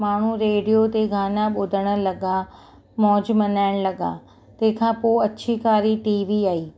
माण्हू रेडीयो ते गाना ॿुधणु लॻा मौज मल्हाइणु लॻा तंहिंखां पोइ अछी कारी टीवी आई